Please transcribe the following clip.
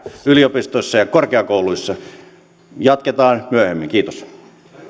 yliopistoissa ja korkeakouluissa jatketaan myöhemmin kiitos